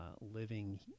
living